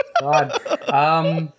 God